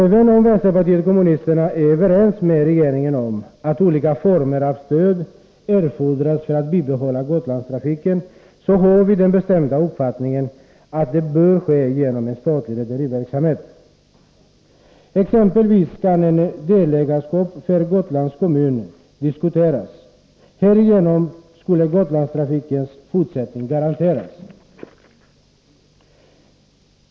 Även om vpk är överens med regeringen om att olika former av stöd erfordras för att bibehålla Gotlandstrafiken, har vi den bestämda uppfattningen att det bör ske genom en statlig rederiverksamhet. Ett delägarskap för Gotlands kommun kan exempelvis diskuteras. Härigenom skulle Gotlandstrafikens fortsättning garanteras.